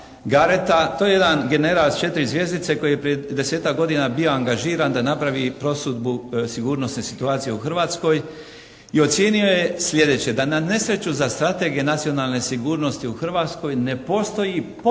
Gareta, to je jedan general s četiri zvjezdice koji je prije desetak godina bio angažiran da napravi prosudbu sigurnosne situacije u Hrvatskoj i ocijenio je sljedeće: Da na nesreću Strategije nacionalne sigurnosti u Hrvatskoj ne postoji potpuno